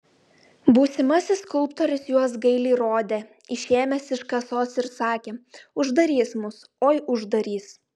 būsimasis skulptorius juos gailiai rodė išėmęs iš kasos ir sakė uždarys mus oi uždarys